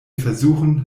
versuchen